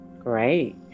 Great